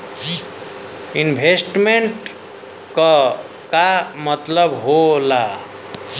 Investment क का मतलब हो ला?